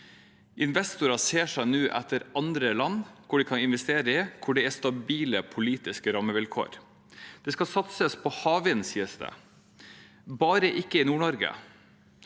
Investorer ser seg nå rundt etter andre land de kan investere i, hvor det er stabile politiske rammevilkår. Det skal satses på havvind, sies det – bare ikke i Nord-Norge.